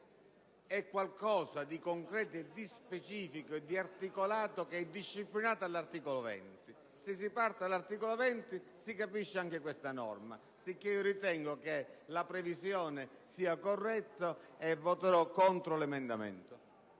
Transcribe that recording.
un qualcosa di concreto, di specifico e di articolato, che è disciplinato dall'articolo 20. Se si parte da tale articolo si capisce anche questa norma. Sicché ritengo che la previsione del comma 7 sia corretta e voterò contro l'emendamento.